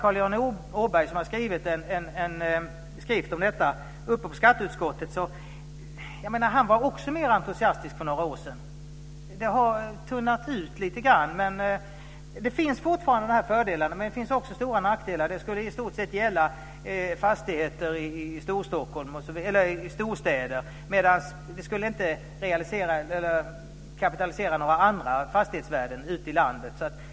Carl Johan Åberg har producerat en skrift om detta. Han var också mer entusiastisk för några år sedan. Det har tunnats ut lite grann. Det finns vissa fördelar, men det finns också stora nackdelar. Det skulle i stort sett gälla fastigheter i storstäder medan det inte skulle kapitalisera några andra fastighetsvärden ute i landet.